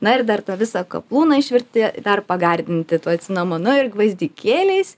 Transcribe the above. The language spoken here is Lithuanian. na ir dar tą visą kaplūną išvirti dar pagardinti tuo cinamonu ir gvazdikėliais